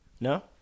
No